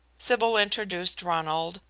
sybil introduced ronald,